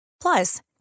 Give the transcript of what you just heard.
Plus